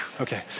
okay